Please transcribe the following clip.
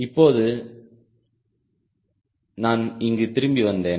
இப்பொழுது நான் இங்கு திரும்பி வந்தேன்